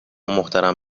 محترم